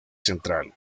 central